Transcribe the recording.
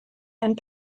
and